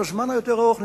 לטווח היותר ארוך,